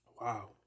wow